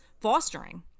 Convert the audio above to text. fostering